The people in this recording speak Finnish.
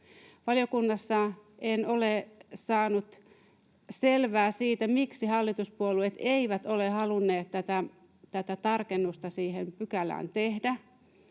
Valiokunnassa en ole saanut selvää siitä, miksi hallituspuolueet eivät ole halunneet tätä tarkennusta siihen pykälään tehdä.